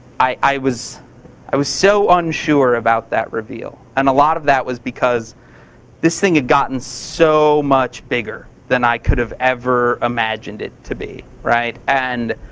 i was i was so unsure about that reveal. and a lot of that was because this thing had gotten so much bigger than i could have ever imagined it to be. and